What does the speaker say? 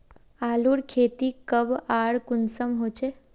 आलूर खेती कब आर कुंसम होचे?